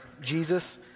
Jesus